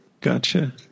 Gotcha